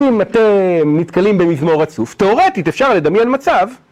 אם אתם נתקלים במזמור עצוב, תיאורטית אפשר לדמיין מצב.